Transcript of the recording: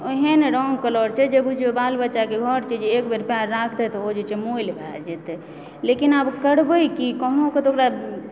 एहन रङ्ग कलर छै जे बुझियौ बाल बच्चाकेँ घर छै जे एकबेर पैर राखिते तऽ ओ जे छै मैल भए जेतै लेकिन आब करबै की कहूना क तऽ ओकरा